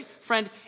Friend